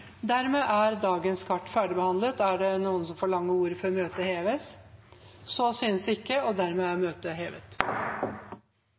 Dermed er dagens kart ferdigbehandlet. Forlanger noen ordet før møtet heves? – Møtet er